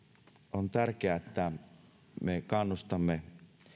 on tärkeää että me kannustamme